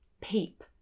peep